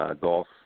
golf